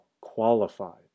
qualified